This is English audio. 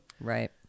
Right